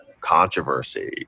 controversy